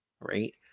right